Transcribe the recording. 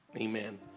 Amen